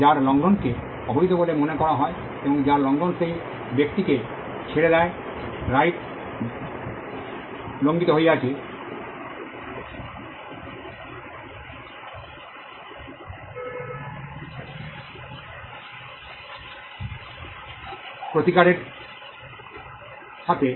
যার লঙ্ঘনকে অবৈধ বলে মনে করা হয় এবং যার লঙ্ঘন সেই ব্যক্তিকে ছেড়ে দেয় যার রাইট লঙ্ঘিত হয়েছে প্রতিকারের সাথে